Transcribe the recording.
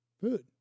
food